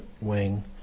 wing